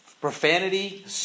Profanity